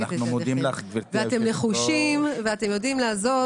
אתם נחושים ויודעים לזוז,